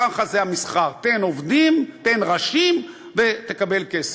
ככה זה המסחר: תן עובדים, תן ראשים, ותקבל כסף.